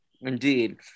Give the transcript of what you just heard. indeed